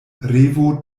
revo